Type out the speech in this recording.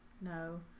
No